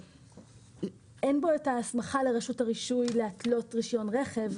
אין בו הסמכה לרשות הרישוי להתלות רישיון רכב.